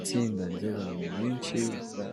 Itsinda ry'abantu benshi,